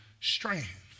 strength